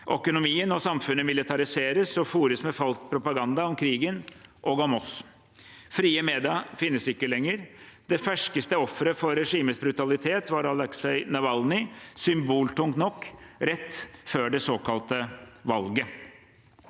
Økonomien og samfunnet militariseres og fôres med falsk propaganda om krigen og om oss. Frie medier finnes ikke lenger. Det ferskeste offeret for regimets brutalitet var Aleksej Navalnyj, symboltungt nok rett før det såkalte valget.